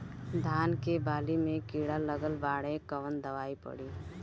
धान के बाली में कीड़ा लगल बाड़े कवन दवाई पड़ी?